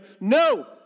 no